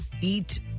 eat